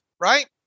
right